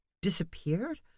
disappeared